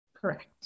Correct